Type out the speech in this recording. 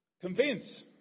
convince